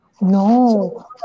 No